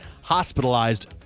hospitalized